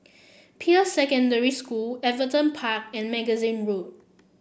Peirce Secondary School Everton Park and Magazine Road